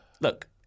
look